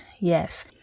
Yes